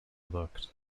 looked